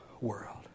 world